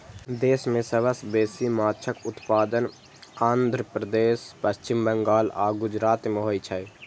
देश मे सबसं बेसी माछक उत्पादन आंध्र प्रदेश, पश्चिम बंगाल आ गुजरात मे होइ छै